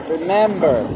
Remember